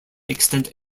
extent